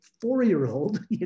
four-year-old